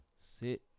Sit